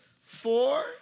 Four